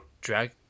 drag